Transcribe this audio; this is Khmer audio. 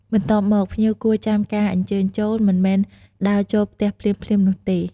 បន្ទាប់មក ភ្ញៀវគួរចាំការអញ្ជើញចូល មិនមែនដើរចូលផ្ទះភ្លាមៗនោះទេ។